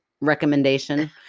recommendation